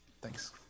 Thanks